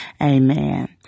Amen